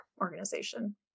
organization